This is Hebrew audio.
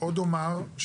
עוד אומר שהשנה,